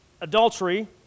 Adultery